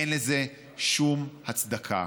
אין לזה שום הצדקה.